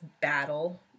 battle